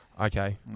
Okay